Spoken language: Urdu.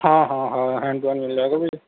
ہاں ہاں ہاں ہینڈ ٹو ہینڈ مل جائے گا بھائی